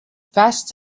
fast